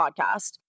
podcast